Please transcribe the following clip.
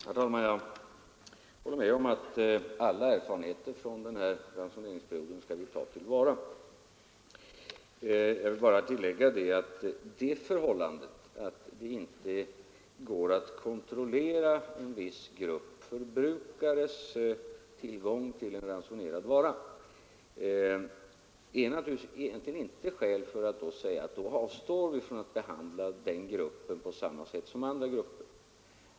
Herr talman! Jag håller med om att vi skall ta till vara alla erfarenheter från den här ransoneringsperioden. Jag vill bara tillägga att det förhållandet att det inte går att kontrollera en viss grupp förbrukares tillgång till en ransonerad vara naturligtvis inte är skäl för oss att säga att då avstår vi från att behandla den gruppen på samma sätt som andra grupper.